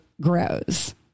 grows